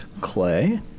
clay